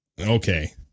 Okay